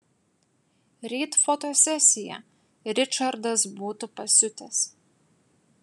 ryt fotosesija ričardas būtų pasiutęs